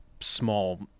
small